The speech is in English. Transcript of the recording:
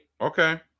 okay